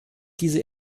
diese